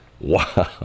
Wow